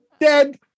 dead